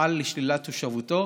יפעל לשלילת תושבתו.